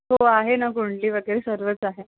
हो आहे ना कुंडली वगैरे सर्वच आहे